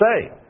say